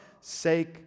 sake